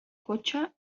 cotxe